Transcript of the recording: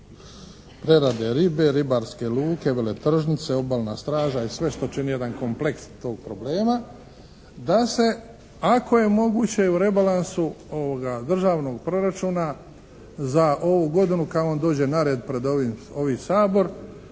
prerade ribe, ribarske luke, veletržnice, obalna straža i sve što čini jedan kompleks tog problema, da se ako je moguće u rebalansu državnog proračuna za ovu godinu, kad on dođe na red pred ovi Sabor